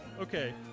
Okay